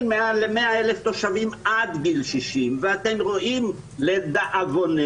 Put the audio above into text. ל-100,000 תושבים עד גיל 60. ואתם רואים לדאבוננו